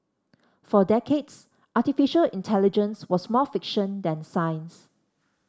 for decades artificial intelligence was more fiction than science